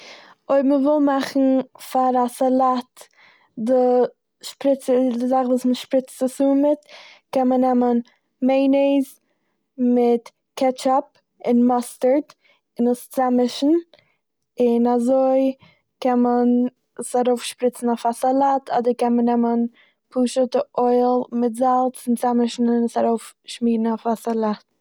אויב מ'וויל מאכן פאר א סאלאט די שפריצער- די זאך וואס מ'שפריצט עס אן מיט קען מען נעמען מעינעיס מיט קעטשאפ און מאסטערד און עס צאממישן און אזוי קען מען עס ארויפשפריצען אויף א סאלאט, אדער קען מען נעמען פשוטע אויל מיט זאלץ און עס ארויפשמירן אויף א סאלאט.